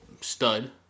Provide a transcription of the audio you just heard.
stud